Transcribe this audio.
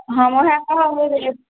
हम वएह कहब ओ रेट